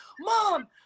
Mom